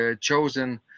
chosen